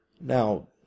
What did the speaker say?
Now